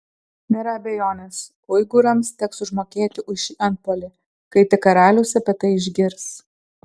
nėra abejonės uigūrams teks užmokėti už šį antpuolį kai tik karalius apie tai išgirs